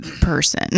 person